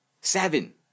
Seven